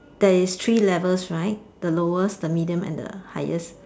there is three levels right the lowest the middle and the highest